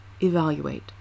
evaluate